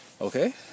okay